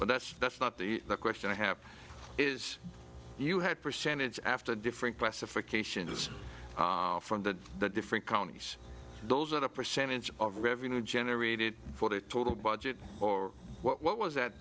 but that's that's not the question i have is you had percentage after different classifications from the different counties those that a percentage of revenue generated for the total budget or what was that